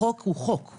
החוק הוא מקרו.